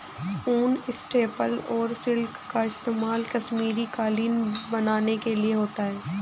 ऊन, स्टेपल और सिल्क का इस्तेमाल कश्मीरी कालीन बनाने के लिए होता है